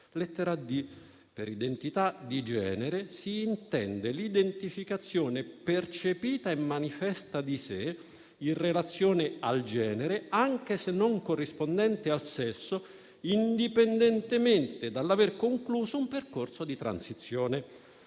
lettera *d)*: «per identità di genere si intende l'identificazione percepita e manifestata di sé in relazione al genere, anche se non corrispondente al sesso, indipendentemente dall'aver concluso un percorso di transizione».